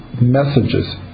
messages